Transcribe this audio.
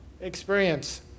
experience